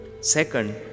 second